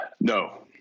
No